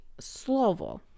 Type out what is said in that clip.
slovo